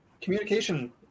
communication